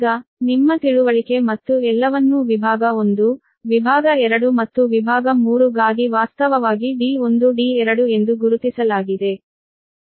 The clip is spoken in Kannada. ಈಗ ನಿಮ್ಮ ತಿಳುವಳಿಕೆ ಮತ್ತು ಎಲ್ಲವನ್ನೂ ವಿಭಾಗ 1 ವಿಭಾಗ 2 ಮತ್ತು ವಿಭಾಗ 3 ಗಾಗಿ ವಾಸ್ತವವಾಗಿ d1d2 ಎಂದು ಗುರುತಿಸಲಾಗಿದೆ